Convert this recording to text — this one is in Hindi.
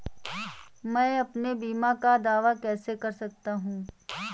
मैं अपने बीमा का दावा कैसे कर सकता हूँ?